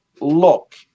look